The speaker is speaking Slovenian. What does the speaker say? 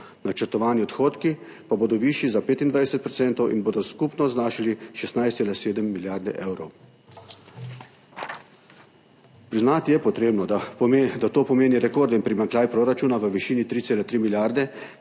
Načrtovani odhodki pa bodo višji za 25 % in bodo skupno znašali 16,7 milijarde evrov. Priznati je potrebno, da to pomeni rekordni primanjkljaj proračuna v višini 3,3 milijarde,